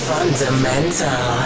Fundamental